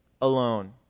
alone